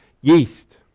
Yeast